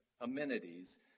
amenities